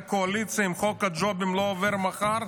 קואליציה אם חוק הג'ובים לא עובר מחר,